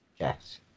Yes